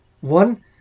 One